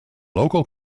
local